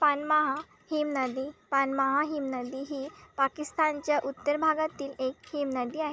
पानमहा हिमनदी पानमहा हिमनदी ही पाकिस्तानच्या उत्तर भागातील एक हिमनदी आहे